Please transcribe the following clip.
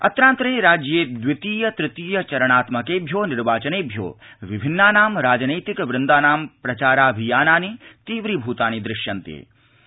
अत्रान्तरे राज्ये दवितीय तृतीय चरणात्मकेभ्यो निर्वाचनेभ्यो विभिन्नानां राजनैतिक वृन्दानां प्रचाराभियानानि तीव्रीभ्तानि दृश्यन्ते